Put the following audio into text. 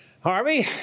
Harvey